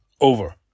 over